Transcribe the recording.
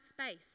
space